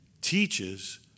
teaches